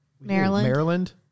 Maryland